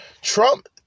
Trump